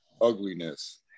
ugliness